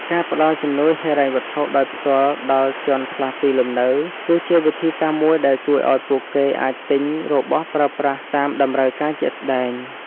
ការផ្តល់ជំនួយហិរញ្ញវត្ថុដោយផ្ទាល់ដល់ជនផ្លាស់ទីលំនៅគឺជាវិធីសាស្ត្រមួយដែលជួយឱ្យពួកគេអាចទិញរបស់ប្រើប្រាស់តាមតម្រូវការជាក់ស្តែង។